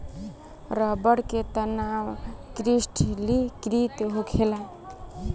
रबड़ के तनाव क्रिस्टलीकृत होखेला